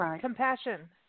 compassion